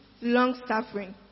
long-suffering